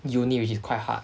uni which is quite hard